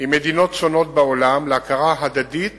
עם מדינות שונות בעולם להכרה הדדית